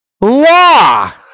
law